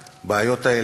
פשוט להתבייש.